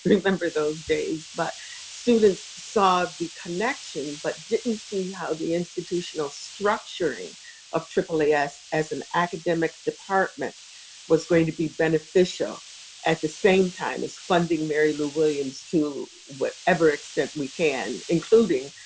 remember those days, but students saw the connection but didn't see how the institutional structuring of aaas as an academic department was going to be beneficial at the same time, as funding mary lou williams to whatever extent we can, including,